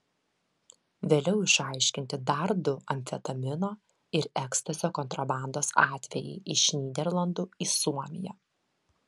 vėliau išaiškinti dar du amfetamino ir ekstazio kontrabandos atvejai iš nyderlandų į suomiją